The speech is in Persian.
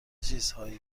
چیزهای